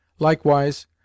Likewise